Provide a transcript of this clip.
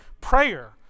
prayer